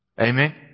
Amen